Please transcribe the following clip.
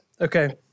Okay